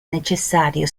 necessario